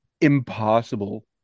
impossible